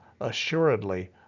Assuredly